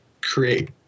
create